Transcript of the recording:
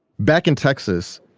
back in texas,